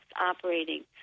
operating